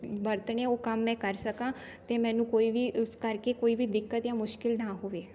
ਵਰਤਣੇ ਉਹ ਕੰਮ ਮੈਂ ਕਰ ਸਕਾਂ ਅਤੇ ਮੈਨੂੰ ਕੋਈ ਵੀ ਉਸ ਕਰਕੇ ਕੋਈ ਵੀ ਦਿੱਕਤ ਜਾਂ ਮੁਸ਼ਕਲ ਨਾ ਹੋਵੇ